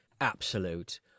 absolute